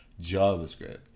JavaScript